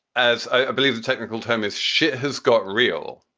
as i believe the technical term is shit has got real.